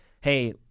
hey